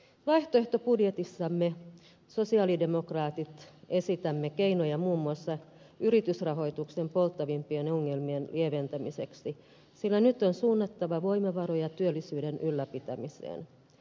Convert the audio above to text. vaihtoehtobudjetissamme sosialidemokraatit esitämme keinoja muun muassa yritysrahoituksen polttavimpien ongelmien lieventämiseksi sillä nyt on suunnattava voimavaroja työllisyyden ylläpitämiseen